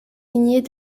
lignées